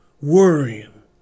worrying